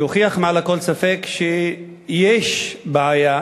שהוכיח מעל לכל ספק שיש בעיה,